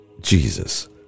Jesus